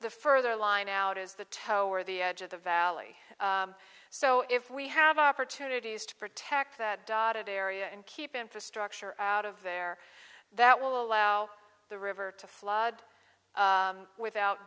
the further line out is the toer the edge of the valley so if we have opportunities to protect that dotted area and keep infrastructure out of there that will allow the river to flood without